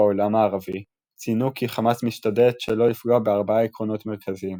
ובעולם הערבי ציינו כי חמאס משתדלת שלא לפגוע בארבעה עקרונות מרכזיים